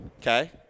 Okay